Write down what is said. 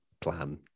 Plan